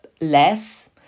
less